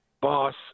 boss